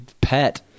pet